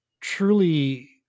truly